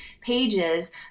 pages